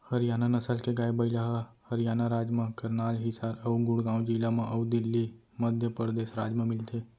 हरियाना नसल के गाय, बइला ह हरियाना राज म करनाल, हिसार अउ गुड़गॉँव जिला म अउ दिल्ली, मध्य परदेस राज म मिलथे